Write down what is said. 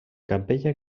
capella